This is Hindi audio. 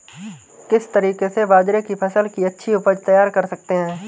किस तरीके से बाजरे की फसल की अच्छी उपज तैयार कर सकते हैं?